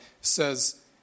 says